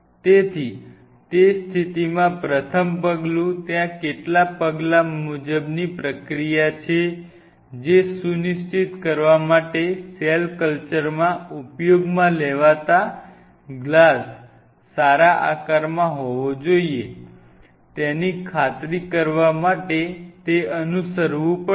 તેથી તે સ્થિતિમાં પ્રથમ પગલું ત્યાં કેટલાક પગલા મુજબની પ્રક્રિયા છે જે સુનિશ્ચિત કરવા માટે સેલ કલ્ચરમાં ઉપયોગમાં લેવાતા ગ્લાસ સારા આકારમાં હોવો જોઈએ તેની ખાતરી કરવા માટે તે અનુસરવું પડશે